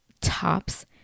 tops